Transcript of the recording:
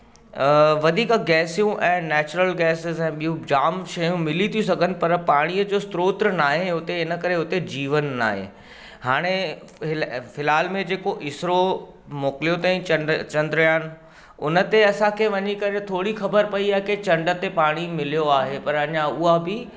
वधीक गैसियूं ऐं नैचुरल गैसिस ऐं बियूं जाम शयूं मिली थियूं सघनि पर पाणीअ जो स्त्रोत्र न आहे हुते हिन करे हुते जीवन न आहे हाणे फ़िलहाल में जेको इसरो मोकिलियो तंई चंडुयानु हुन ते असांखे वञी करे थोरी ख़बर पई आहे कि चंड ते पाणी मिलियो आहे पर अञा उहा बि